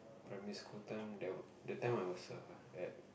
primary school time there that time I was err at